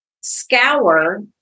scour